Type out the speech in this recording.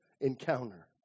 encounter